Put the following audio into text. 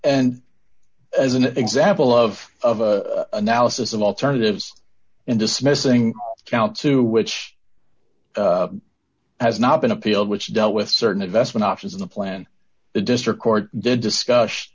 and as an example of analysis of alternatives and dismissing count two which has not been appealed which dealt with certain investment options in the plan the district court did discuss